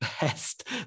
best